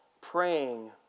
praying